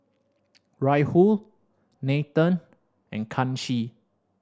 Rahul Nathan and Kanshi